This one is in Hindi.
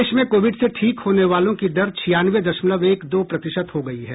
देश में कोविड से ठीक होने वालों की दर छियानवे दशमलव एक दो प्रतिशत हो गई है